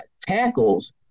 tackles